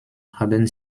haben